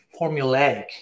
formulaic